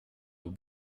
will